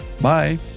Bye